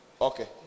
Okay